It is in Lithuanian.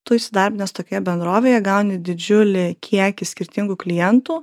tu įsidarbinęs tokioje bendrovėje gauni didžiulį kiekį skirtingų klientų